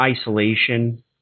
isolation